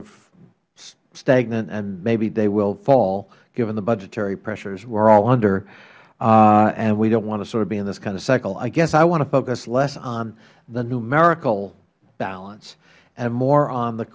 of stagnant and maybe they will fall given the budgetary pressures we are all under and we dont want to sort of be in this kind of cycle i guess i want to focus less on the numerical balance and more on the